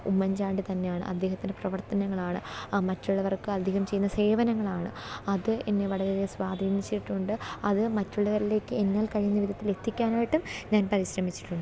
ഉമ്മൻചാണ്ടി തന്നെയാണ് അദ്ദേഹത്തിന്റെ പ്രവർത്തനങ്ങളാണ് മറ്റുള്ളവർക്ക് അധികം ചെയ്യുന്ന സേവനങ്ങളാണ് അത് എന്നെ വളരെ സ്വാധീനിച്ചിട്ടുണ്ട് അത് മറ്റുള്ളവരിലേക്ക് എന്നാൽ കഴിയുന്ന വിധത്തിലെത്തിക്കാനായിട്ടും ഞാൻ പരിശ്രമിച്ചിട്ടുണ്ട്